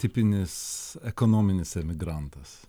tipinis ekonominis emigrantas